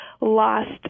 lost